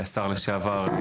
השר לשעבר,